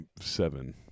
seven